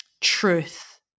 truth